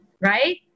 right